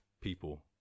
people